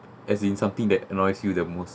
as in something that annoys you the most